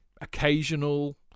occasional